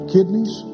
Kidneys